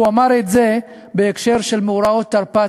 הוא אמר את זה בהקשר של מאורעות תרפ"ט,